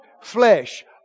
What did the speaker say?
flesh